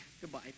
Goodbye